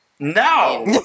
No